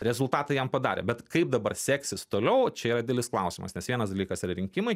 rezultatą jam padarė bet kaip dabar seksis toliau čia yra didelis klausimas nes vienas dalykas yra rinkimai